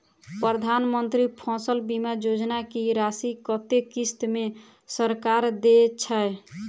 प्रधानमंत्री फसल बीमा योजना की राशि कत्ते किस्त मे सरकार देय छै?